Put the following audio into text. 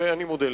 אני מודה לך.